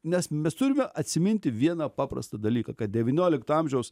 nes mes turime atsiminti vieną paprastą dalyką kad devyniolikto amžiaus